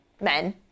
men